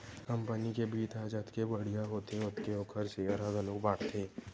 company के बित्त ह जतके बड़िहा होथे ओतके ओखर सेयर ह घलोक बाड़थे